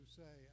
say